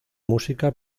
música